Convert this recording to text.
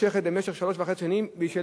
מתמשכת במשך שלוש שנים וחצי,